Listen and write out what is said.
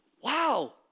wow